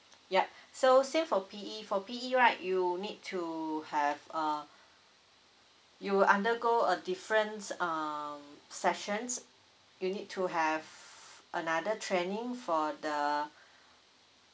yup so same for P_E for P_E right you will need to have uh you will undergo a difference um sessions you need to have another training for the